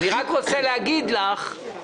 אני רק רוצה להגיד לך,